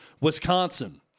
Wisconsin